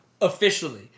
officially